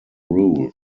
rule